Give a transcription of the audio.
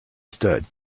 stood